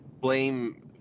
blame